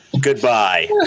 Goodbye